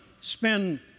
spend